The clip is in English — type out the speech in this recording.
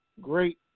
great